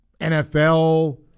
NFL